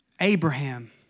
Abraham